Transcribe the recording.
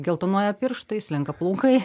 geltonuoja pirštai slenka plaukai